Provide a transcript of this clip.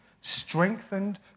strengthened